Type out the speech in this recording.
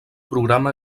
programa